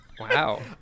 Wow